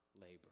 labor